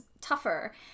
tougher